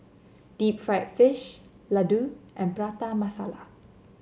Deep Fried Fish Laddu and Prata Masala